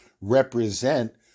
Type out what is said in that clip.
represent